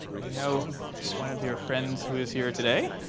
we know one of your friends who is here today.